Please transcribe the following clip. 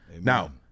Now